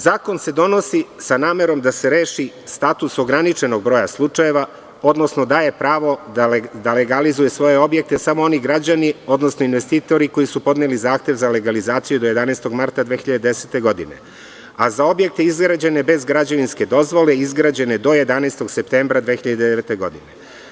Zakon se donosi sa namerom da se reši status ograničenog broja slučajeva, odnosno daje pravo da legalizuju svoje objekte samo oni građani, odnosno investitori koji su podneli zahtev za legalizaciju do 11. marta 2010. godine, a za objekte izgrađene bez građevinske dozvole izgrađene do 11. septembra 2009. godine.